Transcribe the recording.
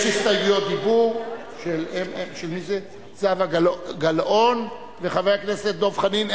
יש הסתייגויות דיבור של זהבה גלאון וחבר הכנסת דב חנין,